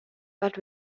but